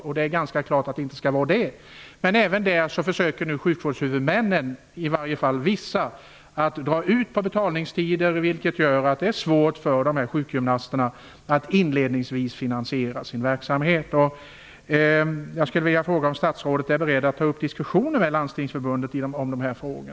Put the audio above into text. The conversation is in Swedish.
Det är också ganska klart att så inte skall vara fallet, men även i det avseendet försöker nu i varje fall vissa sjukvårdshuvudmän att dra ut på betalningstider, vilket gör att det blir svårt för sjukgymnasterna att inledningsvis finansiera sin verksamhet. Jag skulle vilja fråga om statsrådet är beredd att ta upp diskussioner med Landstingsförbundet om dessa frågor.